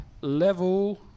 level